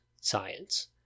science